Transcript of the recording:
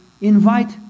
invite